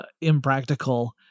impractical